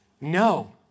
No